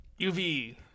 UV